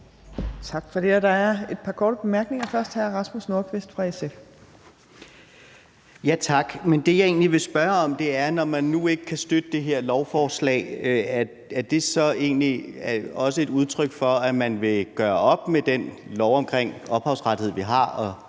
Tak for det. Der er et par korte bemærkninger. Først er det hr. Rasmus Nordqvist fra SF. Kl. 15:22 Rasmus Nordqvist (SF): Tak. Det, jeg vil spørge om, er: Når man nu ikke kan støtte det her lovforslag, er det så egentlig også et udtryk for, at man vil gøre op med den lov om ophavsret, vi har,